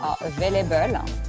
available